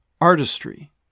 Artistry